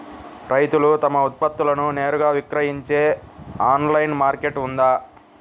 రైతులు తమ ఉత్పత్తులను నేరుగా విక్రయించే ఆన్లైను మార్కెట్ ఉందా?